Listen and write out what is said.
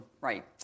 right